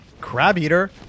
crab-eater